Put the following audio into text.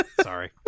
Sorry